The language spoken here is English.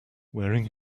wearing